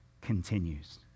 continues